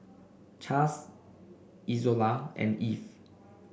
Chas Izola and Eve